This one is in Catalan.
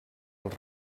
els